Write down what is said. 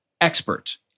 Expert